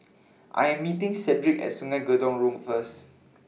I Am meeting Cedrick At Sungei Gedong Road First